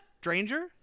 stranger